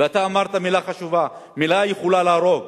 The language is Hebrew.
ואתה אמרת מלה חשובה: מלה יכולה להרוג,